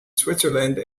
switzerland